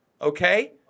okay